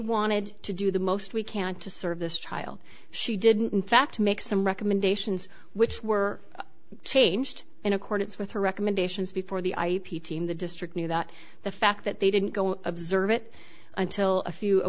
wanted to do the most we can to serve this child she didn't in fact make some recommendations which were changed in accordance with her recommendations before the ip team the district knew that the fact that they didn't go observe it until a few a